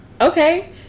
okay